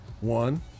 One